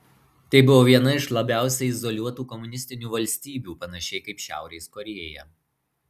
tai buvo viena iš labiausiai izoliuotų komunistinių valstybių panašiai kaip šiaurės korėja